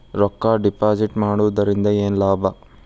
ರೊಕ್ಕ ಡಿಪಾಸಿಟ್ ಮಾಡುವುದರಿಂದ ಏನ್ ಲಾಭ?